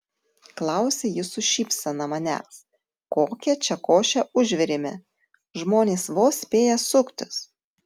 klausia ji su šypsena manęs kokią čia košę užvirėme žmonės vos spėja suktis